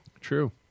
True